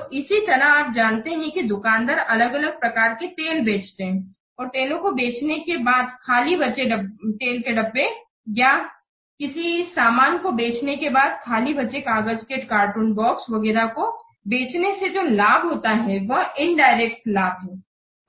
तो इसी तरह आप जानते हैं कि दुकानदार अलग अलग प्रकार के तेल बेचते है और तेलों को बेचने के बाद खाली बचे तेल के डिब्बों कंटेनरों या किसी सामान को बेचने के बाद खाली बचे कागज के कार्टून बक्सों वगैरह को बेचने से जो लाभ होता है वे इनडायरेक्ट होते हैं